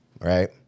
right